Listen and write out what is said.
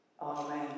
Amen